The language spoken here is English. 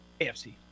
AFC